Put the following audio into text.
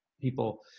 people